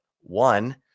one